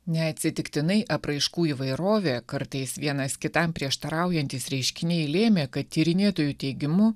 neatsitiktinai apraiškų įvairovė kartais vienas kitam prieštaraujantys reiškiniai lėmė kad tyrinėtojų teigimu